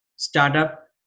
startup